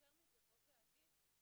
ויותר מזה, אנחנו